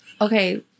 Okay